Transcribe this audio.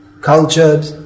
cultured